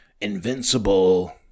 Invincible